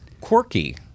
quirky